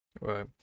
Right